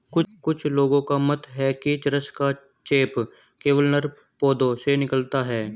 कुछ लोगों का मत है कि चरस का चेप केवल नर पौधों से निकलता है